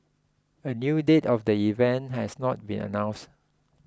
a new date of the event has not been announced